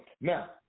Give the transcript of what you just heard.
Now